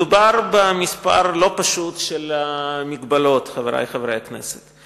מדובר במספר לא פשוט של מגבלות, חברי חברי הכנסת.